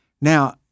Now